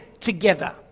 together